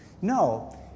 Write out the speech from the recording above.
No